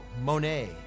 Monet